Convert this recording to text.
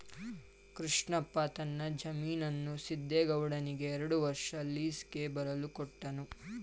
ಕೃಷ್ಣಪ್ಪ ತನ್ನ ಜಮೀನನ್ನು ಸಿದ್ದೇಗೌಡನಿಗೆ ಎರಡು ವರ್ಷ ಲೀಸ್ಗೆ ಬರಲು ಕೊಟ್ಟನು